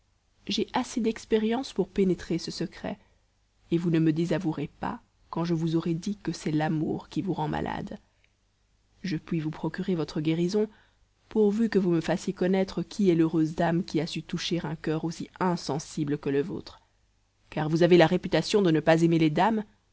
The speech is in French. j'ai assez d'expérience pour pénétrer ce secret et vous ne me désavouerez pas quand je vous aurai dit que c'est l'amour qui vous rend malade je puis vous procurer votre guérison pourvu que vous me fassiez connaître qui est l'heureuse dame qui a su toucher un coeur aussi insensible que le vôtre car vous avez la réputation de ne pas aimer les dames